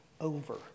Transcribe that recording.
over